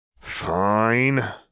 Fine